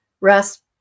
rest